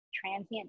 transient